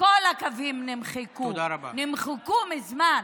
כל הקווים נמחקו, נמחקו מזמן.